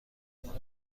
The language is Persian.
کنم